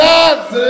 God's